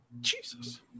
Jesus